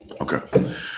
Okay